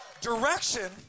Direction